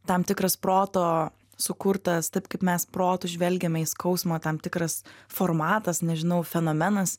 tam tikras proto sukurtas taip kaip mes protu žvelgiame į skausmą tam tikras formatas nežinau fenomenas